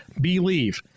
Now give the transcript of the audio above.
believe